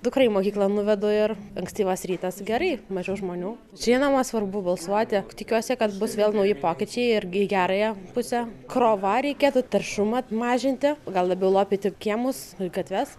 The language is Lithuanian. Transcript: dukrą į mokyklą nuvedu ir ankstyvas rytas gerai mažiau žmonių žinoma svarbu balsuoti tikiuosi kad bus vėl nauji pokyčiai irgi į gerąją pusę krova reikėtų taršumą mažinti gal labiau lopyti kiemus gatves